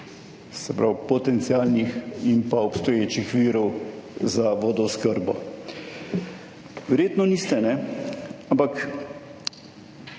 se pravi, potencialnih in pa obstoječih virov za vodooskrbo. Verjetno niste, ne, ampak